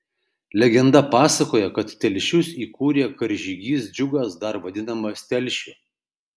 legenda pasakoja kad telšius įkūrė karžygys džiugas dar vadinamas telšiu